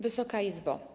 Wysoka Izbo!